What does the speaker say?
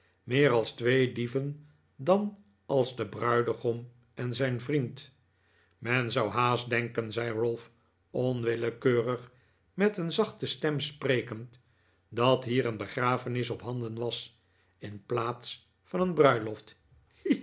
meer als twee dieven dan als de bruidegom en zijn vriend men zou haast denken zei ralph onwillekeurig met een zachte stem sprekend dat hier een begrafenis ophanden was in plaats van een bruiloft